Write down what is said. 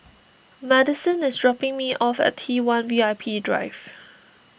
Madisen is dropping me off at T one V I P Drive